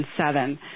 2007